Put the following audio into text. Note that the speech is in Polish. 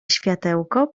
światełko